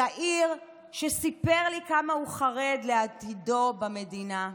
צעיר שסיפר לי כמה הוא חרד לעתידו במדינה.